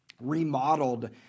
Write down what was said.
remodeled